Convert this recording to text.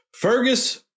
Fergus